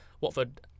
Watford